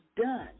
done